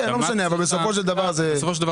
לא משנה, אבל בסופו של דבר הבנתי.